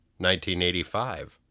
1985